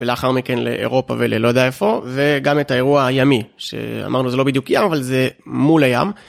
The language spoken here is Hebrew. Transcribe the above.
ולאחר מכן לאירופה וללא יודע איפה וגם את האירוע הימי שאמרנו זה לא בדיוק ים אבל זה מול הים.